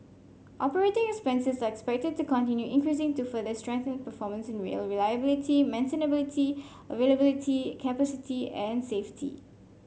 operating expenses are expected to continue increasing to further strengthen performance in rail reliability maintainability availability capacity and safety